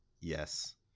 Yes